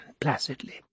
placidly